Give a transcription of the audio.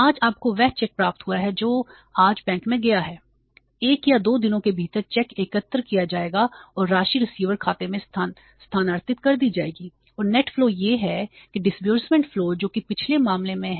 आज आपको वह चेक प्राप्त हुआ है जो आज बैंक में गया है 1 या 2 दिनों के भीतर चेक एकत्र किया जाएगा और राशि रिसीवर्स खाते में स्थानांतरित कर दी जाएगी और नेट फ्लोट1 दिन है